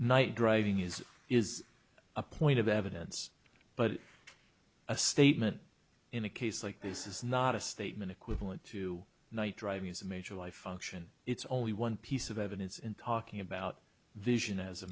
night driving is is a point of evidence but a statement in a case like this is not a statement equivalent to night driving is a major life function it's only one piece of evidence in talking about vision as a